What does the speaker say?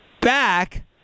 back